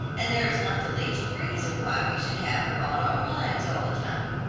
and there is not the least reason why we should have her on our minds all the time.